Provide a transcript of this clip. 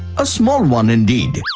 a small one indeed.